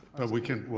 but we can,